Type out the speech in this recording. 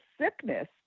sickness